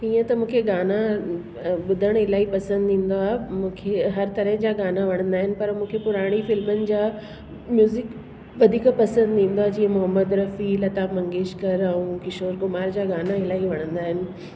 ईअं त मूंखे गाना ॿुधण इलाही पसंदि ईंदो आहे मूंखे हर तरह जा गाना वणंदा आहिनि पर मूंखे पुराणी फिल्मनि जा म्यूज़िक वधीक पसंदि ईंदो आहे जीअं मोहम्मद रफी लता मंगेश्कर ऐं किशोर कुमार जा गाना इलाही वणंदा आहिनि